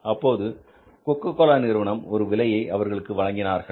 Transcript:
அப்போது கொக்கோகோலா நிறுவனம் ஒரு விலையை அவர்களுக்கு வழங்கினார்கள்